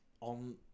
on